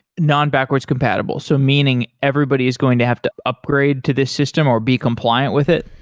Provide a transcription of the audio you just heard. non-backwards compatible, so meaning everybody is going to have to upgrade to this system or be compliant with it?